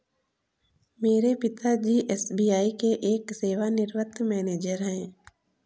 मेरे पिता जी एस.बी.आई के एक सेवानिवृत मैनेजर है